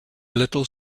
little